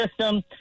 system